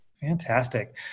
fantastic